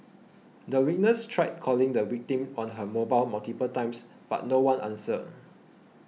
the witness tried calling the victim on her mobile multiple times but no one answered